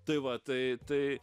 tai va tai tai